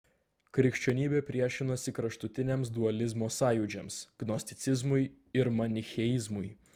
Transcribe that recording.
krikščionybė priešinosi kraštutiniams dualizmo sąjūdžiams gnosticizmui ir manicheizmui